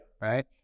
right